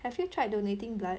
have you tried donating blood